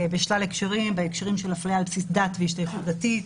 בשלל הקשרים: בהקשרים של הפליה על בסיס דת והשתייכות דתית,